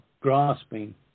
grasping